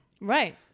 Right